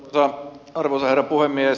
arvoisa herra puhemies